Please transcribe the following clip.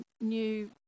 new